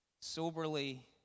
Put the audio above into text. soberly